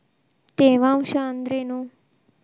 ತೇವಾಂಶ ಅಂದ್ರೇನು?